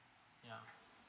ya